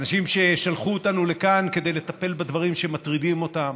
האנשים ששלחו אותנו לכאן כדי לטפל בדברים שמטרידים אותם,